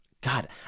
God